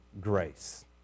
grace